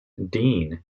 dean